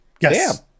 Yes